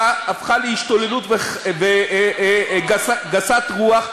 הפכה להשתוללות גסת רוח.